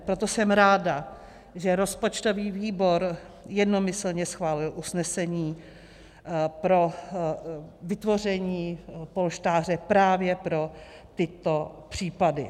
Proto jsem ráda, že rozpočtový výbor jednomyslně schválil usnesení pro vytvoření polštáře právě pro tyto případy.